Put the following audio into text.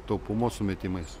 taupumo sumetimais